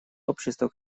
общества